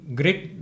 great